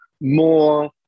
more –